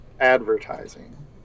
advertising